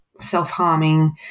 self-harming